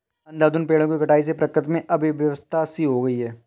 अंधाधुंध पेड़ों की कटाई से प्रकृति में अव्यवस्था सी हो गई है